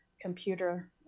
computer